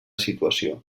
situació